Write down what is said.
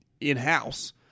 in-house